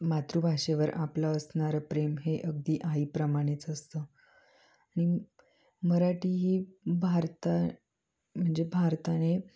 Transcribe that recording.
मातृभाषेवर आपलं असणारं प्रेम हे अगदी आईप्रमाणेच असतं आणि मराठी ही भारता म्हणजे भारताने